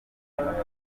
abantu